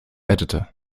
editor